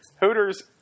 Hooters